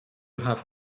have